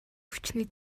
хүчний